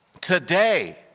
Today